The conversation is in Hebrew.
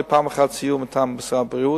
היה פעם אחת סיור מטעם משרד הבריאות,